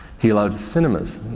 he allowed cinemas,